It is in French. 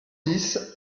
dix